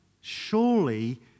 surely